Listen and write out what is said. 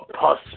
Puss